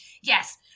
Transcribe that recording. yes